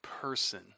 person